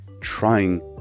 trying